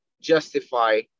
justify